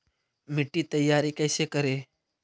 मिट्टी तैयारी कैसे करें?